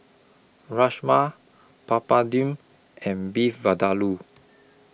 Rajma Papadum and Beef Vindaloo